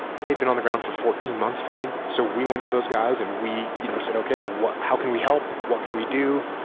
they'd been on the ground for fourteen months, fighting. so we went to those guys and we you know said okay, how can we help, what can we do,